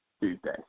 Tuesday